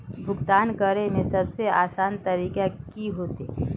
भुगतान करे में सबसे आसान तरीका की होते?